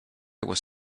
was